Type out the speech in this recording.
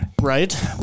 Right